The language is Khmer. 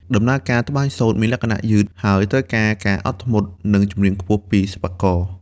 ដំណើរការ ត្បាញសូត្រ មានលក្ខណៈយឺត ហើយត្រូវការការអត់ធ្មត់ និងជំនាញខ្ពស់ពីសិប្បករ។